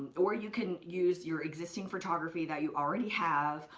or you can use your existing photography that you already have,